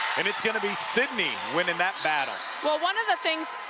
and it's going to be sidney winning that battle. but one of the things,